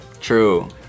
True